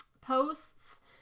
posts